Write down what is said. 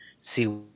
see